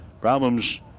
problems